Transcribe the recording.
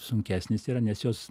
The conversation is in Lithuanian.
sunkesnis yra nes jos